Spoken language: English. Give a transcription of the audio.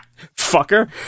Fucker